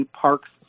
parks